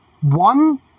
one